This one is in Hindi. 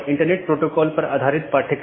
आज हम BGP पर चर्चा करेंगे